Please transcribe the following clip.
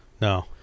no